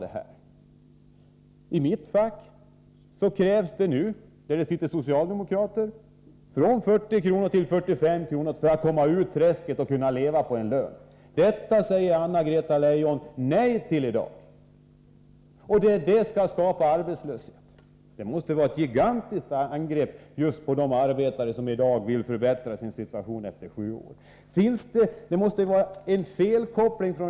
Socialdemokraterna i det fack som jag tillhör kräver 40-45 kr. för att människor skall komma ur det träsk där de nu befinner sig och för att de skall kunna leva på en lön. Men Anna-Greta Leijon säger i dag nej. Det skulle medföra arbetslöshet. Jag upplever detta som ett gigantiskt angrepp mot de arbetare som i dag eftersträvar en bättre situation än den som de i sju år befunnit sig i.